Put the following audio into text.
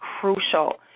crucial